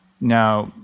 Now